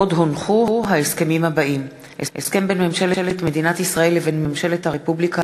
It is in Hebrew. הסכם בין ממשלת מדינת ישראל לבין ממשלת הרפובליקה